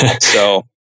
So-